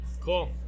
cool